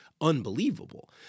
unbelievable